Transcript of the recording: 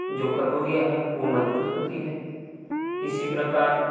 जो कटोरियाँ हैं वह मज़बूत होती हैं इसी प्रकार